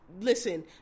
listen